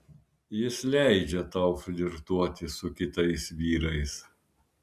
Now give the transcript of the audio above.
jis leidžia tau flirtuoti su kitais vyrais